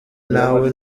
nawe